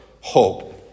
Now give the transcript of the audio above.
hope